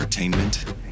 entertainment